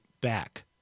back